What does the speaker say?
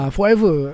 Forever